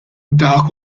dak